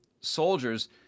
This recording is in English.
soldiers